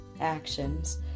actions